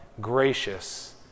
gracious